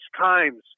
times